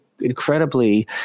incredibly